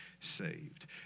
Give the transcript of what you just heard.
saved